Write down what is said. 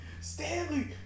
Stanley